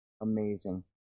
Amazing